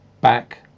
back